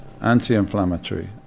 anti-inflammatory